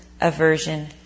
aversion